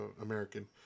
American